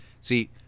See